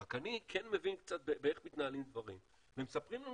רק אני כן מבין קצת באיך מתנהלים דברים ומספרים לו